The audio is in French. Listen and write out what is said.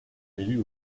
élus